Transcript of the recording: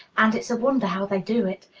and it's a wonder how they do it.